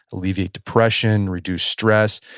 alleviate depression, reduce stress.